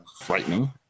frightening